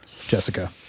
Jessica